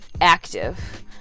active